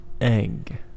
egg